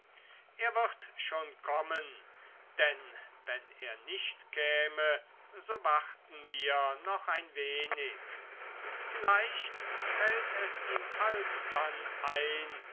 er wird schon kommen und wenn er nicht käme so warten wir noch ein wenig vielleicht fällt es ihm alsdann ein